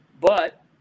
But-